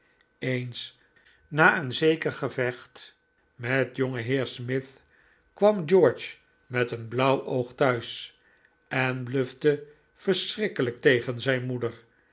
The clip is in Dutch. eens na een zeker gevecht met jongeheer smith kwam george met een blauw oog thuis en blufte verschrikkelijk tegen zijn moeder